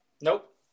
Nope